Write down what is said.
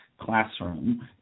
classroom